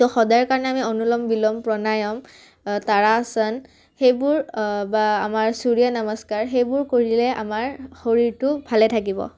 সদায় কাৰণে আমি অনুলম বিলম প্ৰণায়ম তাৰাসন সেইবোৰ বা আমাৰ সূৰ্য নমস্কাৰ সেইবোৰ কৰিলে আমাৰ শৰীৰটো ভালে থাকিব